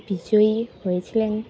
বিজয়ী হয়েছিলেন